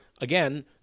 again